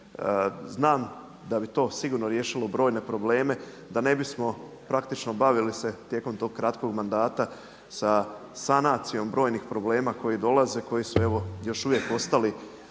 znam da bi to sigurno riješilo brojne probleme, da ne bismo praktično bavili se tijekom tog kratkog mandata sa sanacijom brojnih problema koji dolaze, koji su evo još uvijek ostali